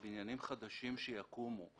בבניינים חדשים שיקומו.